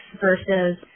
versus